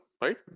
right